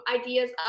ideas